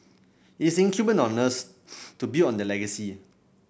it is incumbent on us to build on their legacy